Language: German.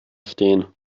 stehen